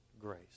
grace